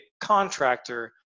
contractor